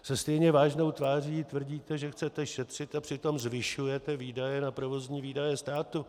Se stejně vážnou tváří tvrdíte, že chcete šetřit, a přitom zvyšujete výdaje na provozní výdaje státu.